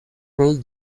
made